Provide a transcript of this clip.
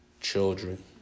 children